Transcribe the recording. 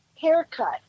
haircut